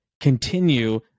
continue